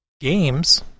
games